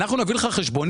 אנחנו נביא לך חשבונית.